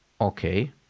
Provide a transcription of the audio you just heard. Okay